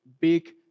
big